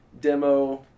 demo